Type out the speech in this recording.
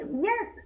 yes